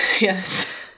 Yes